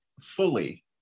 fully